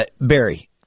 barry